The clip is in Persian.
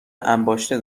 انباشته